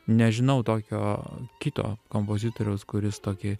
nežinau tokio kito kompozitoriaus kuris tokį